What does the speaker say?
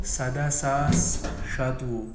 سداہ ساس شَتوُہ